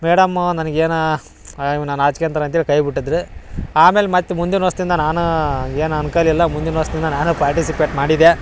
madam ನನಗೆ ಏನಾ ನಾನು ನಾಚ್ಕೊಳ್ತೀನಿ ಅಂತೇಳಿ ಕೈ ಬಿಟ್ಟಿದ್ರಿ ಆಮೇಲೆ ಮತ್ತು ಮುಂದಿನ ವರ್ಷ್ದಿಂದ ನಾನು ಏನ ಅಂಕಲಿಲ್ಲ ಮುಂದಿನ ವರ್ಷ್ದಿಂದ ನಾನು ಪಾರ್ಟಿಸಿಪೇಟ್ ಮಾಡಿದೆ